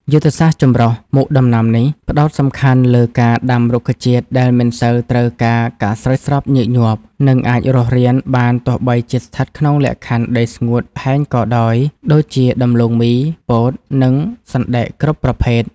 យុទ្ធសាស្ត្រចម្រុះមុខដំណាំនេះ ផ្តោតសំខាន់លើការដាំរុក្ខជាតិដែលមិនសូវត្រូវការការស្រោចស្រពញឹកញាប់ និងអាចរស់រានបានទោះបីជាស្ថិតក្នុងលក្ខខណ្ឌដីស្ងួតហែងក៏ដោយ ដូចជា ដំឡូងមី ពោត និងសណ្តែកគ្រប់ប្រភេទ។